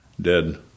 dead